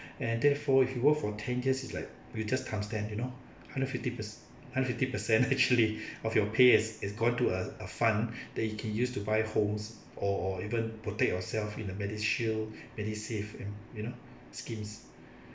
and therefore if you work for ten year it's like you just can't stand you know a hundred fifty per a hundred fifty percent actually of your pay is gone into uh a fund that you can use to buy homes or even protect yourself in the MediShield MediSave and you know schemes